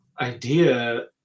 idea